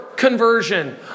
Conversion